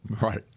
Right